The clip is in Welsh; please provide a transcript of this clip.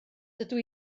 dydw